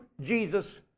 Jesus